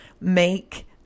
make